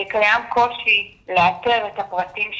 קיים קושי לאתר את הפרטים שלהם.